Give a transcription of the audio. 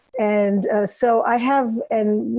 and so i have and, you